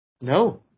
No